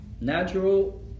Natural